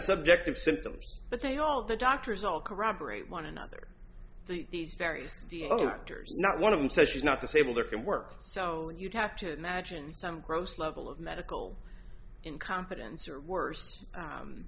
subjective symptoms but they all the doctors all corroborate one another these various other doctors not one of them says she's not disabled or can work so you'd have to imagine some gross level of medical incompetence or worse